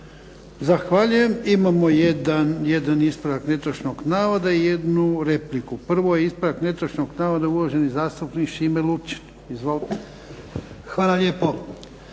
Ivan (HDZ)** Imamo jedan ispravak netočnog navoda i jednu repliku. Prvo je ispravak netočnog navoda uvaženi zastupnik Šime Lučin. Izvolite.